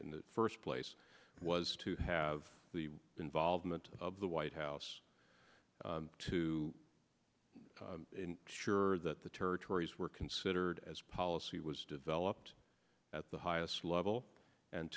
of the first place was to have the involvement of the white house to sure that the territories were considered as policy was developed at the highest level and